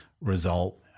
result